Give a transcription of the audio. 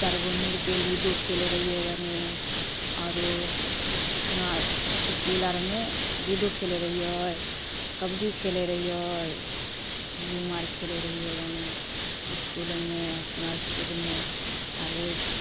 चारगो मिलके लूडो खेलै रहियै कनि आरो अपना इसकूल आरमे लूडो खेलै रहियै कबड्डी खेलै रहियै गेम आर खेलै रहियै कनि इसकुलमे अपना इसकुलमे आरो